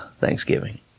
thanksgiving